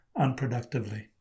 unproductively